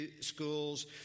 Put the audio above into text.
schools